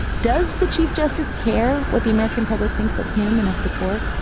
does the chief justice care what the american public thinks of him and of the court?